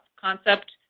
concept